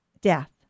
death